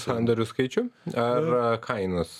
sandorių skaičių ar kainos